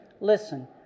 listen